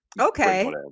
Okay